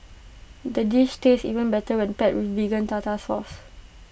the dish tastes even better when paired Vegan Tartar Sauce